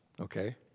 okay